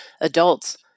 adults